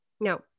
no